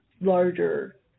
larger